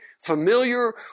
familiar